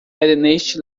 neste